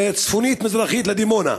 צפונית-מזרחית לדימונה.